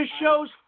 show's